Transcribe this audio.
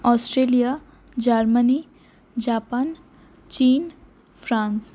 Australia Germany Japan চীন France